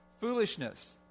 Foolishness